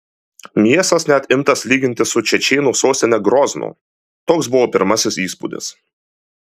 miestas net imtas lyginti su čečėnų sostine groznu toks buvo pirmasis įspūdis